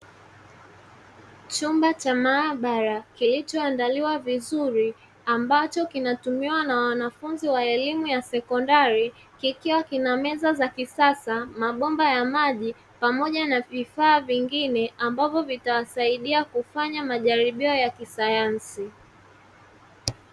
Chumba Cha maabara kilichoandaliwa vizuri ambacho kinatumiwa na wanafunzi wa elimu ya sekondari kikiwa kinameza za kisasa mabomba ya maji pamoja na vifaa vingine ambavyo vitasaidia kufanya majaribio ya kisayansi.